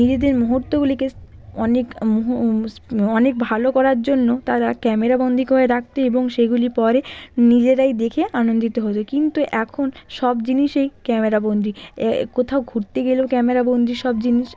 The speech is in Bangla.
নিজেদের মুহূর্তগুলিকে অনেক অনেক ভালো করার জন্য তারা ক্যামেরা বন্দি করে রাখত এবং সেগুলি পরে নিজেরাই দেখে আনন্দিত হত কিন্তু এখন সব জিনিসই ক্যামেরা বন্দি এ কোথাও ঘুরতে গেলেও ক্যামেরা বন্দি সব জিনিস